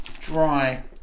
dry